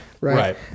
right